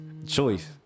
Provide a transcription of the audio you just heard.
choice